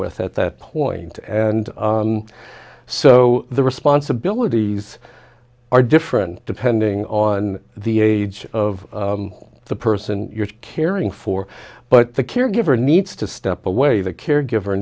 with at that point and so the responsibilities are different depending on the age of the person you're caring for but the caregiver needs to step away the caregiver